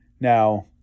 Now